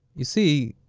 you see,